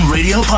Radio